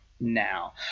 now